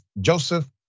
Joseph